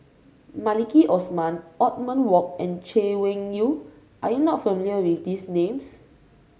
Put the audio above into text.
Maliki Osman Othman Wok and Chay Weng Yew are you not familiar with these names